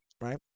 Right